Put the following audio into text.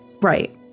Right